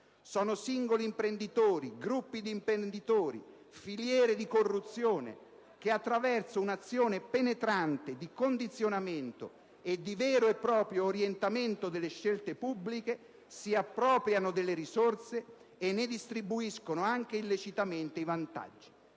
Sono singoli imprenditori o gruppi di imprenditori, filiere di corruzione che, attraverso un'azione penetrante di condizionamento e di vero e proprio orientamento delle scelte pubbliche, si appropriano delle risorse e ne distribuiscono anche illecitamente i vantaggi.